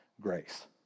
grace